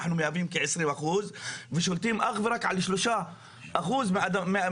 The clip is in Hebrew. אנחנו מהווים כ-20% ושולטים אך ורק על 3% מהאדמה.